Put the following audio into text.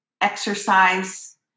exercise